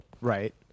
right